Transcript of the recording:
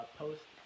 post